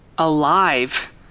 alive